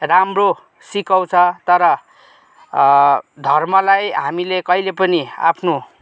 राम्रो सिकाउँछ तर धर्मलाई हामीले कहिले पनि आफ्नो